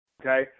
okay